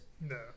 No